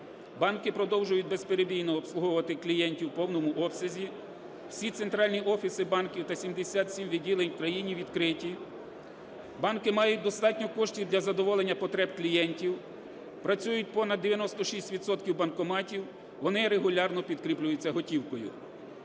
Банки продовжують безперебійно обслуговувати клієнтів в повному обсязі, всі центральні офіси банків та 77 відділень в країні відкриті, банки мають достатньо коштів для задоволення потреб клієнтів, працюють понад 96 відсотків банкоматів, вони регулярно підкріплюються готівкою.